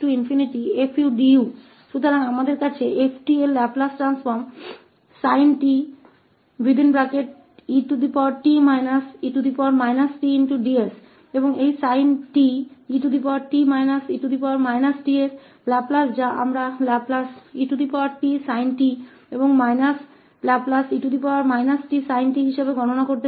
तो हमारे पास 𝑓𝑡 का लैपलेस ट्रांसफ़ॉर्म है लैपलेस sintds का और इस sint का लाप्लास जिसे हम Laplace etsint और minus Laplace of e tsint के रूप में परिकलित कर सकते हैं